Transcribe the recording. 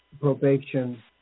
Probation